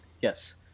yes